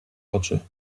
oczy